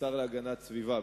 כשר להגנת הסביבה,